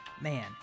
Man